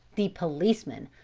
the policemen,